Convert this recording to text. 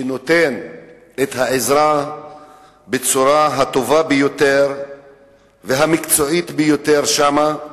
שנותן את העזרה בצורה הטובה ביותר והמקצועית ביותר שם,